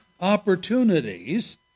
opportunities